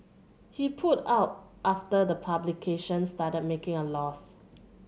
he pulled out after the publication started making a loss